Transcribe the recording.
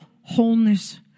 wholeness